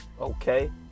Okay